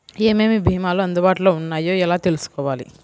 ఏమేమి భీమాలు అందుబాటులో వున్నాయో ఎలా తెలుసుకోవాలి?